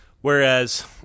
Whereas